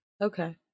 okay